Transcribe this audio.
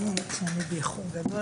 בוקר טוב,